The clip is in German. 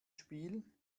spiel